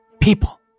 People